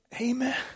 Amen